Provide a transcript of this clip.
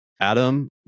adam